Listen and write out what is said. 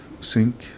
sink